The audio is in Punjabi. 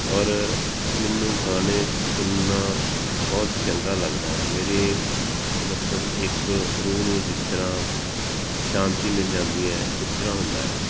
ਔਰ ਮੈਨੂੰ ਗਾਣੇ ਸੁਣਨਾ ਬਹੁਤ ਚੰਗਾ ਲੱਗਦਾ ਆ ਮੇਰੇ ਮਤਲਬ ਇੱਕ ਰੂਹ ਨੂੰ ਜਿਸ ਤਰ੍ਹਾਂ ਸ਼ਾਂਤੀ ਮਿਲ ਜਾਂਦੀ ਹੈ ਇਸ ਤਰ੍ਹਾਂ ਹੁੰਦਾ ਆ